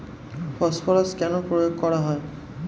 Phosphorus কেন প্রয়োগ করা হয়?